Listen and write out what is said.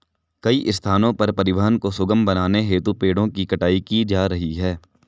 कई स्थानों पर परिवहन को सुगम बनाने हेतु पेड़ों की कटाई की जा रही है